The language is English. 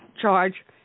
charge